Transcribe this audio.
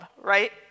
right